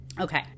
Okay